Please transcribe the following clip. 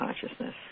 consciousness